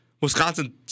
Wisconsin